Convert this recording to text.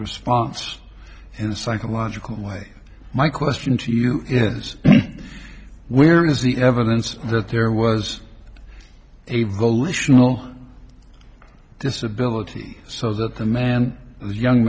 response and psychological way my question to you is where is the evidence that there was a volitional disability so that the man the young